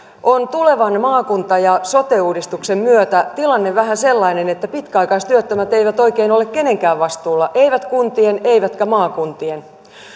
on tulevan maakunta ja sote uudistuksen myötä tilanne vähän sellainen että pitkäaikaistyöttömät eivät oikein ole kenenkään vastuulla eivät kuntien eivätkä maakuntien